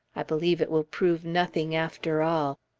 i believe it will prove nothing, after all.